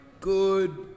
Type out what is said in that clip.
good